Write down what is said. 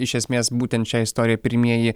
iš esmės būtent šią istoriją pirmieji